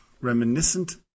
reminiscent